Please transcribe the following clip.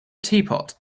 teapot